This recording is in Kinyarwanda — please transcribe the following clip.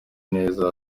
neza